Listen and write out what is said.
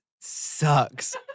sucks